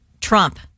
Trump